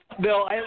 Bill